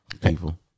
People